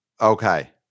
Okay